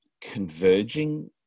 converging